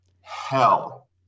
hell